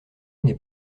n’est